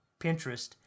Pinterest